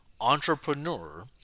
entrepreneur